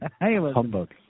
Humbug